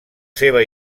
seva